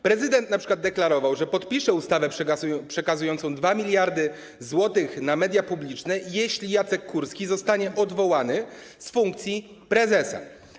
Prezydent np. deklarował, że podpisze ustawę przekazującą 2 mld zł na media publiczne, jeśli Jacek Kurski zostanie odwołany z funkcji prezesa.